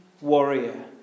warrior